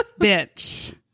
bitch